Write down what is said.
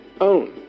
own